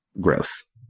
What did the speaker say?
Gross